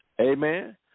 Amen